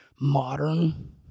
modern